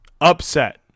upset